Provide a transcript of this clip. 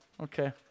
Okay